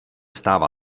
stává